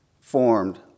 formed